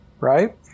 right